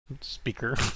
speaker